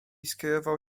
skierował